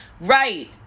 Right